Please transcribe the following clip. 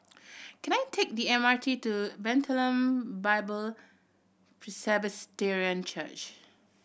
can I take the M R T to Bethlehem Bible Presbyterian Church